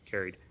carried.